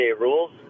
rules